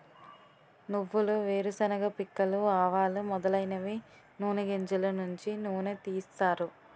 నువ్వులు వేరుశెనగ పిక్కలు ఆవాలు మొదలైనవి నూని గింజలు నుంచి నూనె తీస్తారు